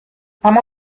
اما